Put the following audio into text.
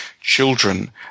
children